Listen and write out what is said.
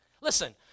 Listen